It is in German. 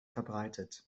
verbreitet